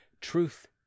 truth